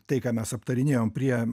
tai ką mes aptarinėjom prie